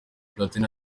platini